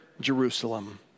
Jerusalem